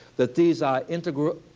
that these are integral,